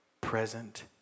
present